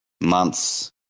months